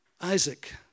Isaac